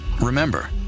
remember